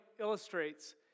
illustrates